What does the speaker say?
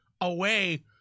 away